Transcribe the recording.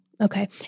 Okay